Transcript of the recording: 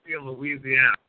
Louisiana